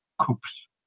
Coops